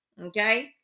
okay